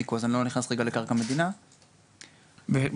נכון,